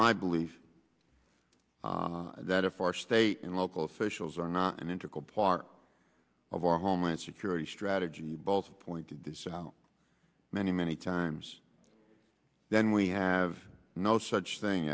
my belief that if our state and local officials are not an integral part of our homeland security strategy both pointed this out many many times then we have no such thing